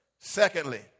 Secondly